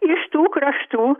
iš tų kraštų